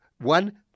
one